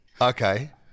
Okay